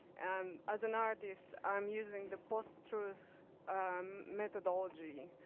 and as an artist, i'm using the post truth methodology,